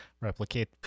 replicate